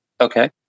Okay